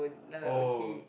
oh